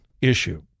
issue